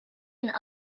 and